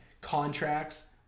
contracts